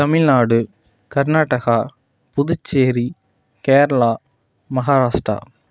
Tamil Nadu Karnataka Puducherry Kerala Maharashtra